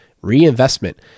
reinvestment